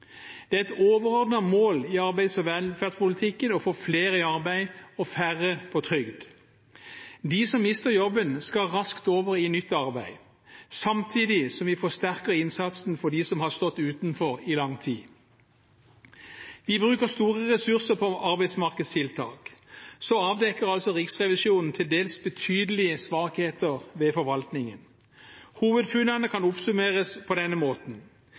Det er et overordnet mål i arbeids- og velferdspolitikken å få flere i arbeid og færre på trygd. De som mister jobben, skal raskt over i nytt arbeid, samtidig som vi forsterker innsatsen for dem som har stått utenfor i lang tid. Vi bruker store ressurser på arbeidsmarkedstiltak. Så avdekker altså Riksrevisjonen til dels betydelige svakheter ved forvaltningen. Hovedfunnene kan oppsummeres på denne måten: